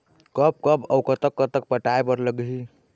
कब कब अऊ कतक कतक पटाए बर लगही